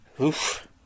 oof